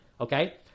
okay